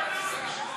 בישיבה